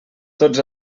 tots